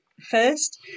first